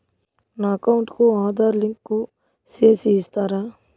నా అకౌంట్ కు ఆధార్ లింకు సేసి ఇస్తారా?